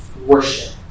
worship